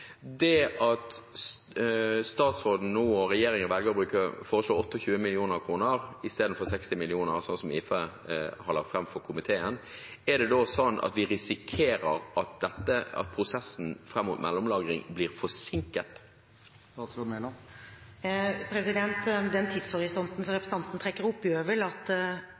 Det at statsråden og regjeringen nå velger å foreslå 28 mill. kr istedenfor 60 mill. kr, som IFE har lagt fram for komiteen, gjør det at vi risikerer at prosessen fram mot mellomlagring blir forsinket? Den tidshorisonten som representanten trekker opp, gjør vel at